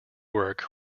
work